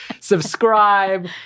Subscribe